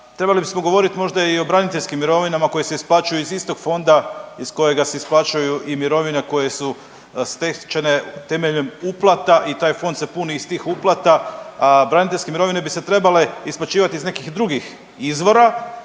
trebali bismo govorit možda i o braniteljskim mirovinama koje se isplaćuju iz istog fonda iz kojega se isplaćuju i mirovine koje su stečene temeljem uplata i taj fond se puni iz tih uplata, a braniteljske mirovine bi se trebale isplaćivati iz nekih drugih izvora.